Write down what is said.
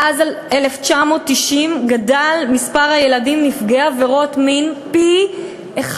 מאז 1990 גדל מספר הילדים נפגעי עבירות מין פי-1.5.